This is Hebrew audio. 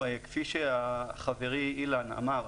כפי שחברי אילן אמר,